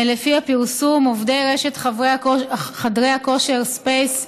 לפי הפרסום, עובדי רשת חדרי הכושר "ספייס"